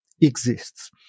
exists